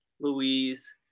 Louise